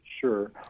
Sure